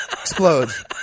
explodes